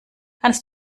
kannst